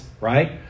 right